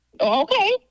okay